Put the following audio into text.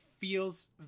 feels